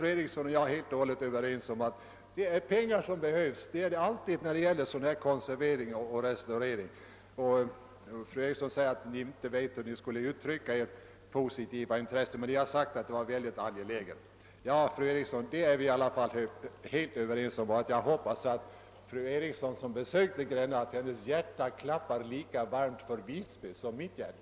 Fru Eriksson och jag är helt överens om att vad som fattas är pengar. Det är det alltid när det gäller konservering och restaurering. Fru Eriksson säger sig inte veta hur ni skall uttrycka ert positiva intresse men att ni framhållit att frågan är »angelägen«. Ja, fru Eriksson, det är vi i alla fall helt överens om. Fru Eriksson har besökt Gränna. Jag hoppas att hennes hjärta också klappar lika varmt för Visby som mitt.